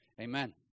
Amen